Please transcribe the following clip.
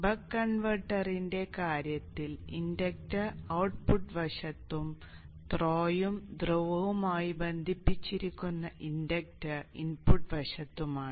buck കൺവെർട്ടറിന്റെ കാര്യത്തിൽ inductor output വശത്തും ത്രോയും ധ്രുവവുമായി ബന്ധിപ്പിച്ചിരിക്കുന്ന ഇൻഡക്റ്റർ ഇൻപുട്ട് വശത്തുമാണ്